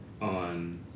on